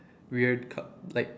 weird uh like